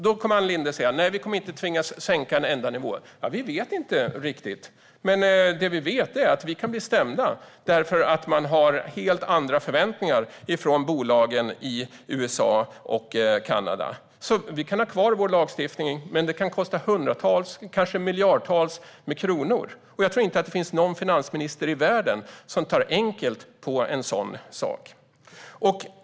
Nu kommer Ann Linde att säga: Nej, vi kommer inte att tvingas att sänka en enda nivå! Vi vet inte riktigt, men det vi vet är att vi kan bli stämda eftersom bolagen i USA och Kanada har helt andra förväntningar. Vi kan alltså ha kvar vår lagstiftning, men det kan kosta hundratals och kanske miljardtals kronor. Jag tror inte att det finns en finansminister i världen som tar enkelt på en sådan sak.